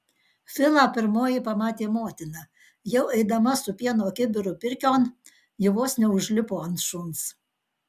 filą pirmoji pamatė motina jau eidama su pieno kibiru pirkion ji vos neužlipo ant šuns